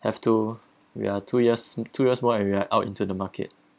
have to we are two years two years more and we're out into the market